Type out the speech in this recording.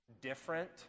different